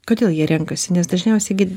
kodėl jie renkasi nes dažniausiai gi